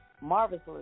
marvelous